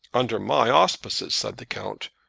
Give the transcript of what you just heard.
under my auspices, said the count,